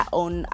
own